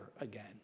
again